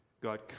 God